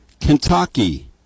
Kentucky